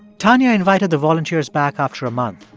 tanya invited the volunteers back after a month.